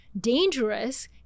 Dangerous